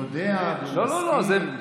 הוא יודע והוא מסכים.